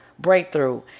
breakthrough